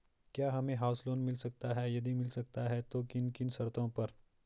क्या हमें house loan मिल सकता है यदि मिल सकता है तो किन किन शर्तों पर?